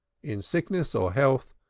in sickness or health,